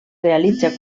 realitza